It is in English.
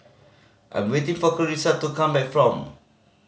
I'm waiting for Clarisa to come back from